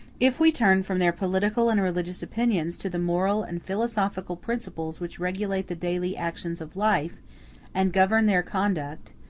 if we turn from their political and religious opinions to the moral and philosophical principles which regulate the daily actions of life and govern their conduct,